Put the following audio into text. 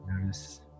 Notice